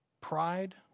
Pride